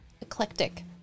eclectic